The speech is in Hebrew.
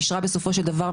אישרה בסופו של דבר,